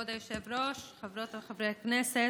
כבוד היושב-ראש, חברות וחברי הכנסת,